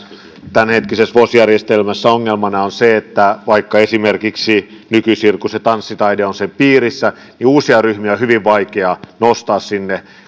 tämänhetkisessä vos järjestelmässä ongelmana on se että vaikka esimerkiksi nykysirkus ja tanssitaide ovat sen piirissä niin uusia ryhmiä on hyvin vaikea nostaa sinne